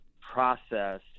process